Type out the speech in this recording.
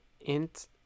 int